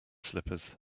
slippers